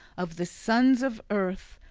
of the sons of earth,